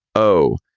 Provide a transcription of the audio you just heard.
oh,